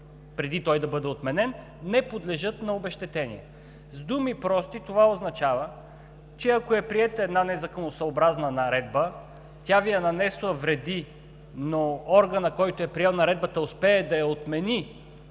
преди той да бъде отменен, не подлежат на обезщетение“. С думи прости това означава, че ако е приета една незаконосъобразна наредба, тя Ви е нанесла вреди, но ако органът, който е приел наредбата, успее да я отмени